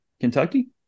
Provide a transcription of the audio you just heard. Kentucky